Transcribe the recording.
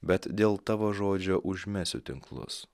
bet dėl tavo žodžio užmesiu tinklus